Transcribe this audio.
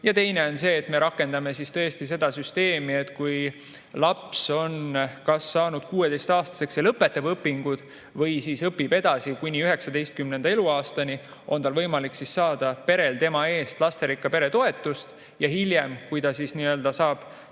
Ja teine on see, et me rakendame tõesti seda süsteemi, et kui laps on kas saanud 16‑aastaseks ja lõpetab õpingud või õpib edasi kuni 19. eluaastani, siis on perel võimalik saada temagi eest lasterikka pere toetust ja hiljem, kui ta saab sellest